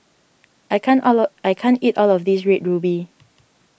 I can't all of I can't eat all of this Red Ruby